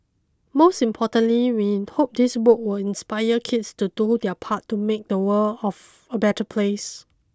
most importantly we hope this book will inspire kids to do their part to make the world of a better place